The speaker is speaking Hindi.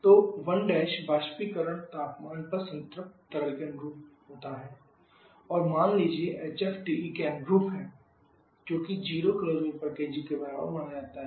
तो 1 वाष्पीकरण तापमान पर संतृप्त तरल के अनुरूप होता है और मान लीजिए hf TE अनुरूप है जोकि 0 kJ kg के बराबर माना जाता है